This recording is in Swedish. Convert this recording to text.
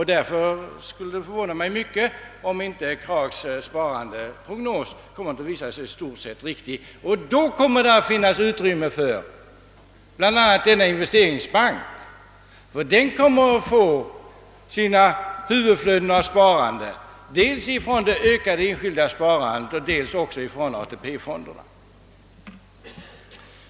Därför skulle det förvåna mig mycket om inte Kraghs sparandeprognos kommer att visa sig i stort sett riktig. Då kommer det också att finnas utrymme för bl.a. investeringsbanken, som kommer att få huvuddelen av sina medel dels från det ökade enskilda sparandet, dels från AP-fonderna.